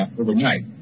overnight